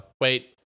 wait